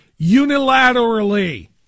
unilaterally